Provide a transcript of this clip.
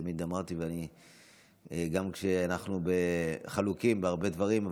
תמיד אמרתי שגם כשאנחנו חלוקים בהרבה דברים,